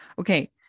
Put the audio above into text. Okay